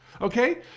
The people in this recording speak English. Okay